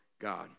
God